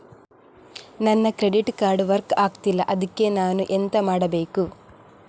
ನನ್ನ credit card work ಆಗ್ತಿಲ್ಲ ಅದ್ಕೆ ನಾನು ಎಂತ ಮಾಡಬೇಕು?